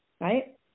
Right